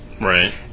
Right